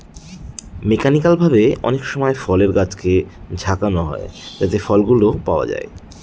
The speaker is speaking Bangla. মেকানিক্যাল ভাবে অনেকসময় ফলের গাছকে ঝাঁকানো হয় যাতে ফলগুলো পাওয়া যায়